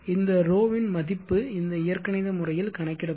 இந்த 𝜌 இன் மதிப்பு இந்த இயற்கணித முறையில் கணக்கிடப்படும்